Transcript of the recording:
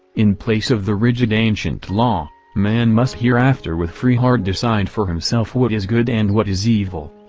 in place of the rigid ancient law, man must hereafter with free heart decide for himself what is good and what is evil,